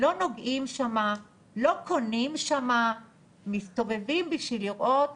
לא נוגעים שם, לא קונים שם, מסתובבים בשביל לראות.